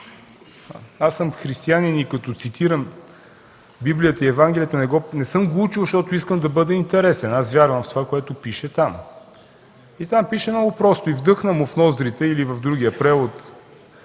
Аз съм християнин и като цитирам Библията и Евангелието – не съм го учил, защото искам да бъда интересен. Аз вярвам в това, което пише там. Там пише много просто: „и вдъхна му в ноздрите” или в другия превод